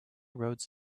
roads